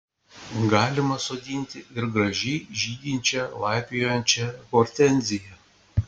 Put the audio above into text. galima sodinti ir gražiai žydinčią laipiojančią hortenziją